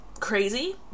Crazy